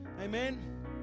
amen